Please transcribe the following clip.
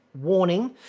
warning